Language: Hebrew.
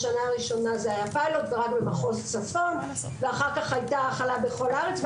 זה היה פיילוט רק במחוז צפון ואחר כך הייתה החלה בכל הארץ,